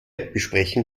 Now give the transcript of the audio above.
besprechen